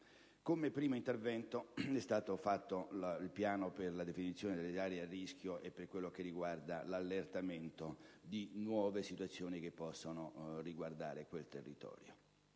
Come primo intervento è stato predisposto il piano per la definizione delle aree a rischio e per l'allertamento di nuove situazioni che possono riguardare quel territorio.